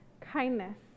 kindness